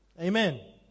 Amen